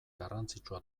garrantzitsua